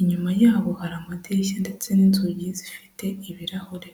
inyuma yabo hari amadirishya ndetse n'inzugi zifite ibirahure.